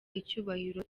icyubahiro